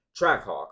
Trackhawk